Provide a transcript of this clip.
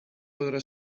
podrà